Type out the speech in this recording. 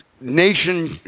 nation